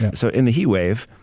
and so in the heat wave,